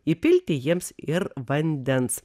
įpilti jiems ir vandens